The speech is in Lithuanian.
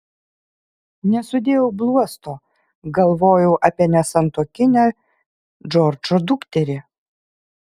nesudėjau bluosto galvojau apie nesantuokinę džordžo dukterį